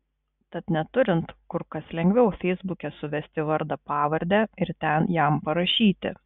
tad neturint kur kas lengviau feisbuke suvesti vardą pavardę ir ten jam parašyti